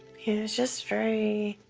just very.